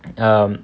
um